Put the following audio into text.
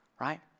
right